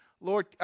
Lord